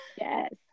yes